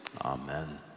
Amen